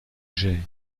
j’ai